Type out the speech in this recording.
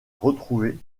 retrouver